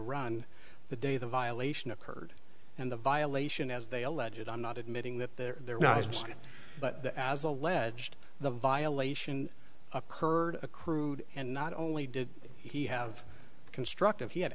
run the day the violation occurred and the violation as they allege it i'm not admitting that there was but the as alleged the violation occurred accrued and not only did he have constructive he had